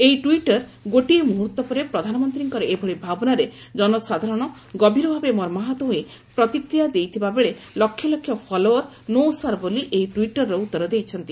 ଏହି ଟ୍ୱିଟ୍ର ଗୋଟିଏ ମୁହୂର୍ତ୍ତ ପରେ ପ୍ରଧାନମନ୍ତ୍ରୀଙ୍କର ଏଭଳି ଭାବନାରେ ଜନସାଧାରଣ ଗଭୀର ଭାବେ ମର୍ମାହତ ହୋଇ ପ୍ରତିକ୍ରିୟା ଦେଇଥିବା ବେଳେ ଲକ୍ଷ ଲକ୍ଷ ଫଲୋଅର୍ 'ନୋ ସାର୍' ବୋଲି ଏହି ଟ୍ୱିଟ୍ର ଉତ୍ତର ଦେଇଛନ୍ତି